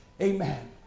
Amen